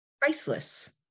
Priceless